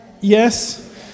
Yes